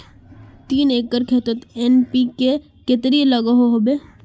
तीन एकर खेतोत एन.पी.के कतेरी लागोहो होबे?